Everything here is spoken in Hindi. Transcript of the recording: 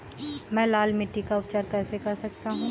मैं लाल मिट्टी का उपचार कैसे कर सकता हूँ?